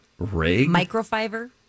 microfiber